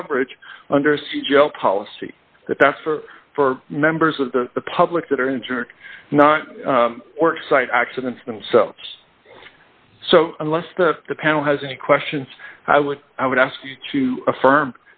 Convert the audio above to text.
coverage under siege l policy that's for for members of the public that are injured not work site accidents themselves so unless the panel has any questions i would i would ask you to affirm